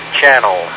channel